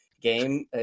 Game